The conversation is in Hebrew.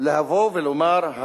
לבוא ולומר: